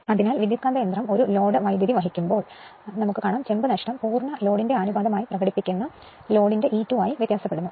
അതിനാൽ transformer load current വഹിക്കുമ്പോൾ പൂർണ്ണ ലോഡിന്റെ അനുപാതമായി കാണപ്പെട്ട ലോഡിംഗിന്റെ E2 നു ആനുപാതികമായി ചെമ്പ് നഷ്ടം വ്യത്യാസപ്പെടുന്നു